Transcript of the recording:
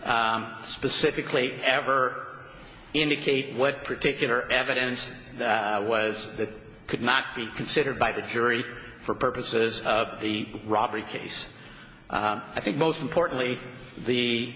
not specifically ever indicate what particular evidence was that could not be considered by the jury for purposes of the robbery case i think most importantly the